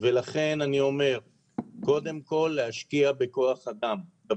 כל יום בלי הפסקה, 200 הודעות ביום לפחות.